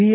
V